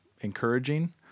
encouraging